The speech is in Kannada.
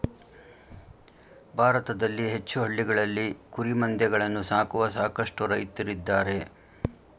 ಭಾರತದಲ್ಲಿ ಹೆಚ್ಚು ಹಳ್ಳಿಗಳಲ್ಲಿ ಕುರಿಮಂದೆಗಳನ್ನು ಸಾಕುವ ಸಾಕಷ್ಟು ರೈತ್ರಿದ್ದಾರೆ